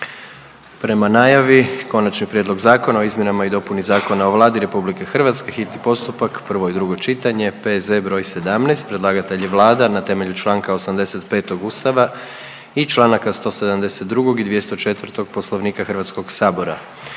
Prema najavi: - Konačni prijedlog zakona o izmjenama i dopuni Zakona o Vladi Republike Hrvatske, hitni postupak, prvo i drugo čitanje, P.Z. br. 17 Predlagatelj je Vlada na temelju čl. 85. Ustava i čl. 172. i 204. Poslovnika Hrvatskoga sabora.